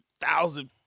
thousand